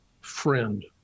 friend